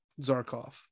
Zarkov